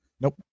nope